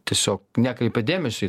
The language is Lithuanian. tiesiog nekreipia dėmesio